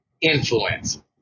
influence